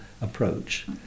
approach